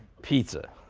pizza.